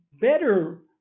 better